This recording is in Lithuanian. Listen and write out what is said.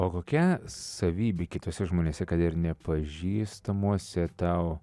o kokia savybė kituose žmonėse kad ir nepažįstamuose tau